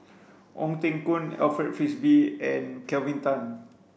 Ong Teng Koon Alfred Frisby and Kelvin Tan